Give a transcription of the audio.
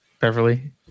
beverly